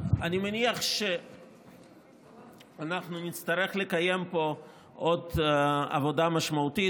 אני מניח שאנחנו נצטרך לקיים פה עוד עבודה משמעותית,